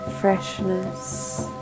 freshness